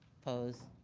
opposed?